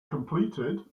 completed